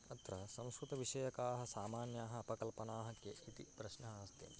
अत्र संस्कृतविषयकाः सामान्याः अपकल्पनाः के इति प्रश्नः अस्ति